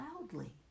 loudly